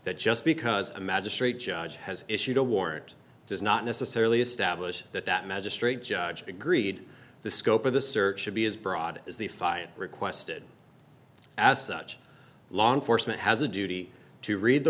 that just because a magistrate judge has issued a warrant does not necessarily establish that that magistrate judge agreed the scope of the search should be as broad as the fire requested as such law enforcement has a duty to read the